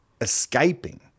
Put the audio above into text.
escaping